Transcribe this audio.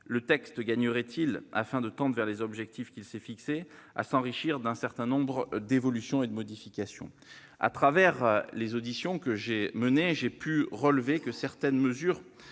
le texte gagnerait-il, afin de tendre vers les objectifs qu'il s'est fixés, à s'enrichir d'un certain nombre de modifications. Au travers des auditions que j'ai menées, j'ai pu relever que certaines mesures